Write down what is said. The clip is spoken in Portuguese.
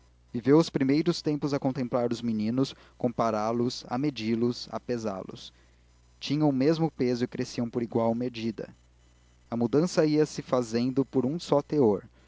cousa viveu os primeiros tempos a contemplar os meninos a compará los a medi los a pesá los tinham o mesmo peso e cresciam por igual medida a mudança ia-se fazendo por um só teor